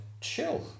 chill